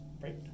Right